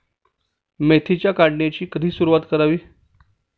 मेथीच्या काढणीची कधी सुरूवात करावी?